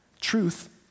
Truth